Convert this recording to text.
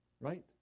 right